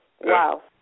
Wow